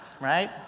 Right